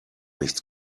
nichts